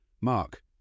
Mark